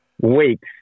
weeks